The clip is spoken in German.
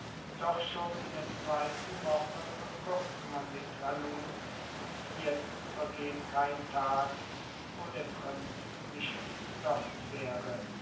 doch schon in der zweiten woche verkürzte man die trennungen und jetzt vergeht kein tag wo der prinz nicht dort wäre